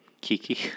Kiki